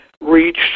reached